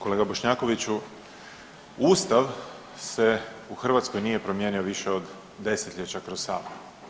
Kolega Bošnjakoviću, Ustav se u Hrvatskoj nije promijenio više od desetljeća kroz Sabor.